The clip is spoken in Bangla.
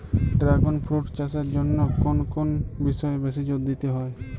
ড্রাগণ ফ্রুট চাষের জন্য কোন কোন বিষয়ে বেশি জোর দিতে হয়?